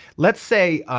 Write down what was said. let's say